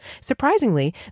Surprisingly